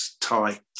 tight